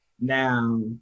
Now